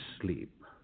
sleep